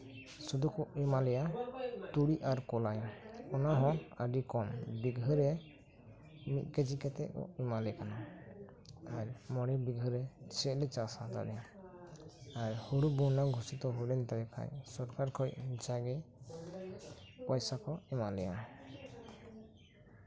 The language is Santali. ᱥᱩᱫᱷᱩ ᱠᱚ ᱮᱢᱟ ᱞᱮᱭᱟ ᱛᱩᱲᱤ ᱟᱨ ᱠᱚᱞᱟᱭ ᱚᱱᱟᱦᱚᱸ ᱟᱹᱰᱤ ᱠᱚᱢ ᱵᱤᱜᱷᱟᱹᱨᱮ ᱢᱤᱫ ᱠᱮᱡᱤ ᱠᱟᱛᱮᱫ ᱠᱚ ᱮᱢᱟᱞᱮ ᱠᱟᱱᱟ ᱟᱨ ᱢᱚᱲᱮ ᱵᱤᱜᱷᱟᱹᱨᱮ ᱪᱮᱫ ᱞᱮ ᱪᱟᱥ ᱫᱟᱲᱮᱭᱟᱜᱼᱟ ᱦᱩᱲᱩ ᱵᱚᱱᱱᱟ ᱜᱷᱳᱥᱤᱛᱚ ᱦᱩᱭ ᱮᱱᱠᱷᱟᱱ ᱥᱚᱨᱠᱟᱨ ᱠᱷᱚᱡ ᱡᱟᱜᱮ ᱯᱚᱭᱥᱟ ᱠᱚ ᱮᱢᱟ ᱞᱮᱭᱟ